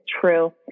true